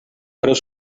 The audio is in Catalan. preus